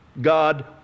God